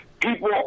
people